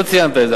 לא ציינת את זה,